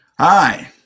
hi